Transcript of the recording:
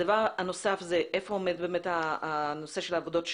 הנושא הנוסף הוא היכן עומד הנושא של עבודות שירות,